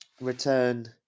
return